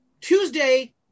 Tuesday